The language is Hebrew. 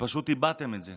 שפשוט איבדתם את זה,